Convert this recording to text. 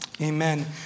Amen